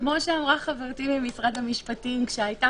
כפי שאמרה חברתי ממשרד המשפטים כשהיתה